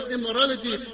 immorality